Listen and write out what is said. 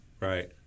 Right